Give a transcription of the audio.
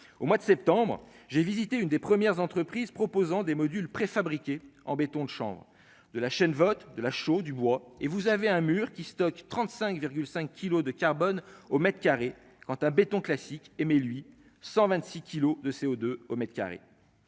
au mois de septembre j'ai visité une des premières entreprises proposant des modules préfabriqués en béton, le Champ de la chaîne : vote de la chaux Dubois et vous avez un mur qui stockent 35 5 kilos de carbone au mètre carré Quentin béton classique et mais lui 126 kilos de CO2 au mètre carré,